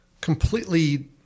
completely